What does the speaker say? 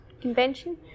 convention